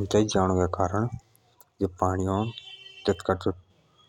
उंचाई जानो के कारण जो पानी का